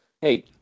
Hey